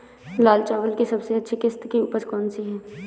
लाल चावल की सबसे अच्छी किश्त की उपज कौन सी है?